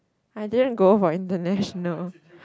I didn't go for international